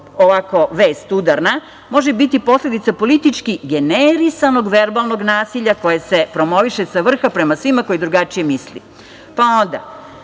ovako vest udarna, može biti posledica politički generisanog verbalnog nasilja koja se promoviše sa vrha prema svima koji drugačije misle. Pa onda